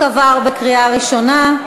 (רציפות הכהונה של יושב-ראש הכנסת),